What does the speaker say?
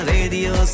Radio